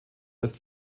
ist